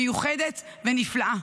מיוחדת ונפלאה.